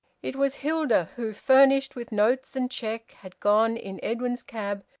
it was hilda who, furnished with notes and cheque, had gone, in edwin's cab,